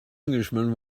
englishman